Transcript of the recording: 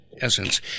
essence